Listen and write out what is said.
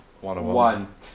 one